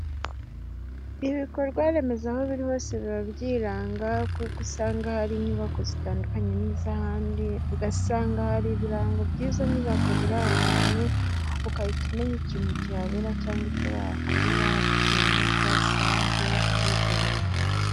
Ibikorwaremezo aho biri hose biba byiranga, kuko usanga hari inyubako zitandukanye n'iz'ahandi. Ugasanga hari ibirango by'izo nyubako biri aho hantu, ugahita umenya ikintu cyahabera cyangwa icyo wahakorera bitewe n'uko wasanze hari ibyo birango.